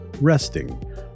Resting